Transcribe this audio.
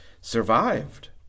survived